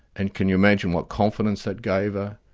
and can you imagine what confidence that gave her,